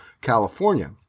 California